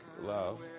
love